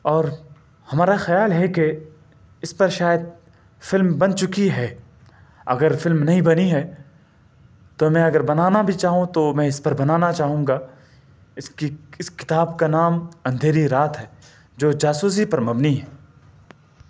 اور ہمارا خیال ہے کہ اس پر شاید فلم بن چکی ہے اگر فلم نہیں بنی ہے تو میں اگر بنانا بھی چاہوں تو میں اس پر بنانا چاہوں گا اس کی اس کتاب کا نام اندھیری رات ہے جو جاسوسی پر مبنی ہے